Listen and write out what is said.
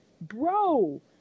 Bro